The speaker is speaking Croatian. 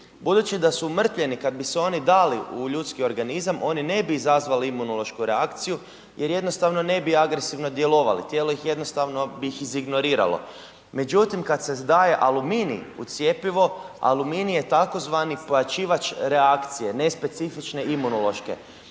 Budući da su umrtvljeni, kad bis eoni dali u ljudski organizam, oni ne bi izazvali imunološku reakciju jer jednostavno ne bi agresivno djelovali, tijelo jednostavno bi ih izignoriralo. Međutim kad se daje aluminij u cjepivo, aluminij je tzv. pojačivač reakcije, nespecifične imunološke